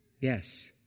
yes